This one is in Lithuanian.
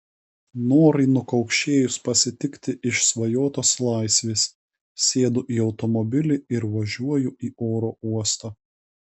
norai nukaukšėjus pasitikti išsvajotos laisvės sėdu į automobilį ir važiuoju į oro uostą